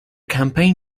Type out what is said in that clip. campaign